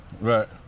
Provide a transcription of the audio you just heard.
Right